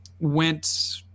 went